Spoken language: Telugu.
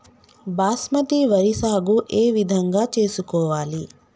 బాస్మతి వరి సాగు ఏ విధంగా చేసుకోవాలి?